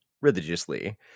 religiously